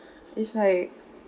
it's like